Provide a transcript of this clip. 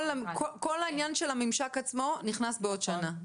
כל עניין הממשק של העברת המידע נכנס בעוד שנה.